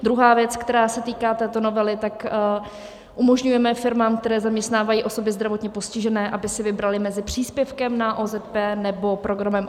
Druhá věc, která se týká této novely, tak umožňujeme firmám, které zaměstnávají osoby zdravotně postižené, aby si vybraly mezi příspěvkem na OZP, nebo programem Antivirus.